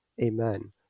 Amen